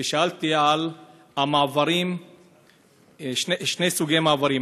ושאלתי על שני סוגי מעברים,